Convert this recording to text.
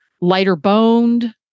lighter-boned